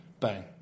Bang